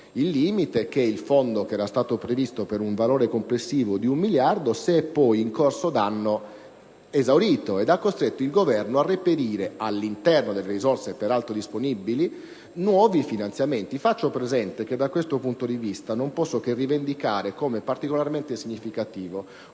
suo limite, cioè che il fondo previsto per un valore complessivo di un miliardo si è in corso d'anno esaurito ed ha costretto il Governo a reperire, all'interno delle risorse peraltro disponibili, nuovi finanziamenti. Faccio presente che da questo punto di vista non posso che rivendicare come particolarmente significativo